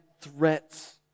threats